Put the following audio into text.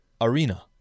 Arena